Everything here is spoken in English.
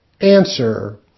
Answer